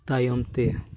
ᱛᱟᱭᱚᱢᱛᱮ